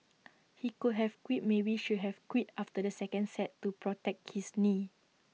he could have quit maybe should have quit after the second set to protect his knee